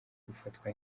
gufatwa